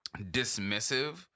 dismissive